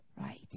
right